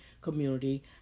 community